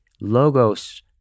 logos